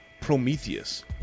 Prometheus